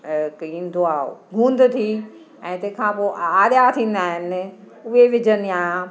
हिक ईंदो आहे गूंद थी ऐं तंहिंखां पोइ आरिया थींदा आहिनि उहे विझंदी आहियां